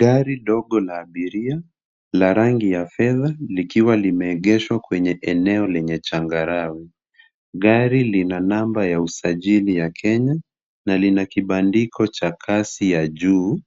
Gari ndogo la abiria la rangi ya fedha likiwa limeegeshwa kwenye eneo lenye changarawe. Gari lina namba ya usajili ya Kenya na lina kibandiko cha kasi ya juu